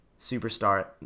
superstar